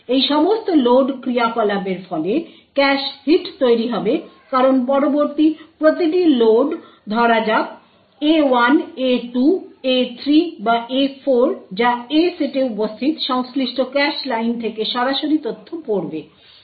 এই সমস্ত লোড ক্রিয়াকলাপের ফলে ক্যাশ হিট তৈরী হবে কারণ পরবর্তী প্রতিটি লোড ধরা যাক A1 A2 A3 বা A4 যা A সেটে উপস্থিত সংশ্লিষ্ট ক্যাশ লাইন থেকে সরাসরি তথ্য পড়বে